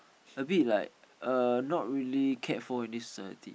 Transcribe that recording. a bit like uh not really cared for in this society